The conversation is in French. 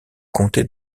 comté